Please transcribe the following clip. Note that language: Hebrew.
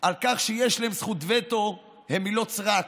על כך שיש להם זכות וטו הן מילות סרק.